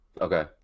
Okay